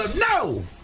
No